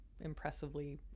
impressively